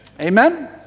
Amen